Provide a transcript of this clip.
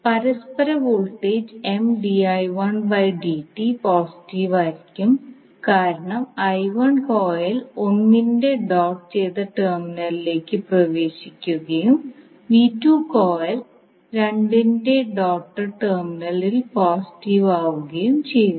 പരസ്പര voltage positive ആയിരിക്കും കാരണം i1 കോയിൽ 1 ന്റെ ഡോട്ട് ചെയ്ത ടെർമിനലിലേക്ക് പ്രവേശിക്കുകയും v2 കോയിൽ 2 ന്റെ ഡോട്ട്ഡ് ടെർമിനലിൽ പോസിറ്റീവ് ആകുകയും ചെയ്യുന്നു